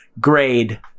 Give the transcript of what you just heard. grade